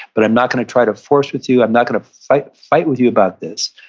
but i'm not going to try to force with you. i'm not going to fight fight with you about this,